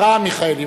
בבקשה, אברהם מיכאלי.